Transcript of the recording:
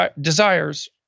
desires